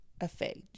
effect